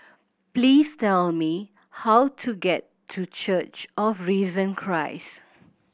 please tell me how to get to Church of Risen Christ